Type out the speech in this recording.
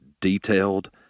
detailed